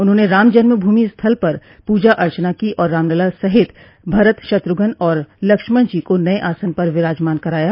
उन्होंने राम जन्म भूमि स्थल पर पूजा अर्चना की और रामलला सहित भरत शत्रुघ्न और लक्ष्मण जी को नये आसन पर विराजमान कराया